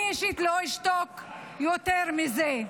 אני אישית לא אשתוק יותר מזה.